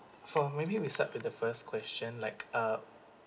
for maybe we start with the first question like uh